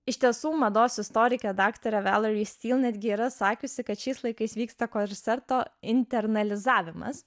iš tiesų mados istorikė dr vesta žaisti netgi yra sakiusi kad šiais laikais vyksta korseto internalizavimas